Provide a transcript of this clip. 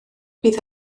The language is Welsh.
bydd